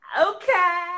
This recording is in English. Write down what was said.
okay